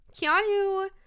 Keanu